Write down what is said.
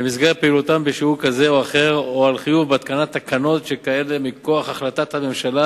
ביום כ"ג בתמוז התשס"ט (15 ביולי 2009): החלטת הממשלה